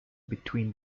between